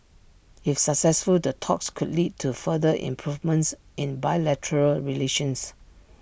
if successful the talks could lead to further improvements in bilateral relations